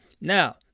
Now